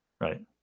Right